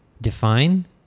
define